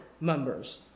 members